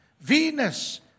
Venus